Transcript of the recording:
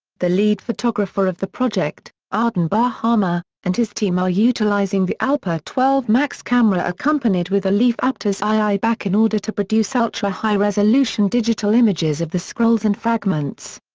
the lead photographer of the project, ardon bar-hama, and his team are utilizing the alpa twelve max camera accompanied with a leaf aptus-ii ah back in order to produce ultra-high resolution digital images of the scrolls and fragments.